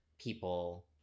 people